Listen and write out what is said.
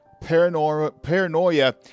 Paranoia